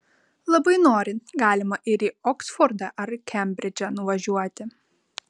labai norint galima ir į oksfordą ar kembridžą nuvažiuoti